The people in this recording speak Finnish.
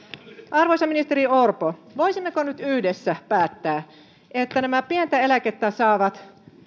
arvoisa ministeri orpo voisimmeko nyt yhdessä päättää että nämä pientä eläkettä saavat